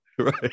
Right